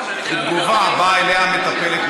ובתגובה באה אליה המטפלת,